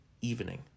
evening